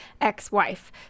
ex-wife